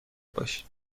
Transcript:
باشید